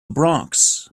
bronx